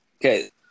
okay